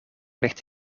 ligt